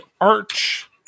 arch